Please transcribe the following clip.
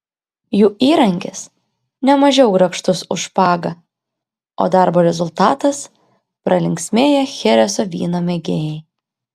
jų įrankis nemažiau grakštus už špagą o darbo rezultatas pralinksmėję chereso vyno mėgėjai